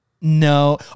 no